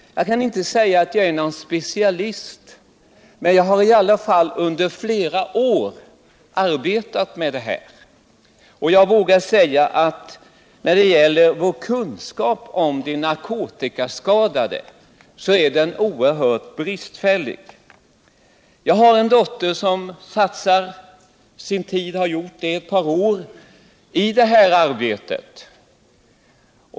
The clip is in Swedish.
Jag kan inte påstå att jag är någon specialist på att ta hand om människor. Jag har i alla fall under flera år arbetat med detta, men jag vågar påstå att vår kunskap om de narkotikaskadade är oerhört bristfällig. 75 Jag har en dotter som sedan ett par år satsar sin tid på det här arbetet.